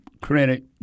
credit